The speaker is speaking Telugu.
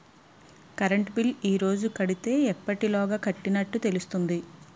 కరెంట్ బిల్లు ఈ రోజు కడితే ఎప్పటిలోగా కట్టినట్టు తెలుస్తుంది?